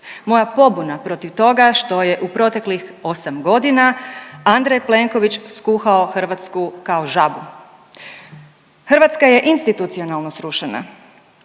Moja pobuna protiv toga što je u proteklih 8.g. Andrej Plenković skuhao Hrvatsku kao žabu. Hrvatska je institucionalno srušena,